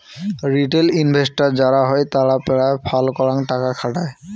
retail investor যারা হই তারা পেরায় ফাল করাং টাকা খাটায়